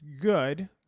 good